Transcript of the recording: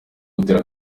gutera